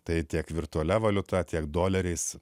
tai tiek virtualia valiuta tiek doleriais